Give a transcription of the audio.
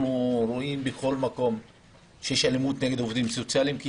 אנחנו רואים בכל מקום שיש אלימות נגד העובדים הסוציאליים שהם,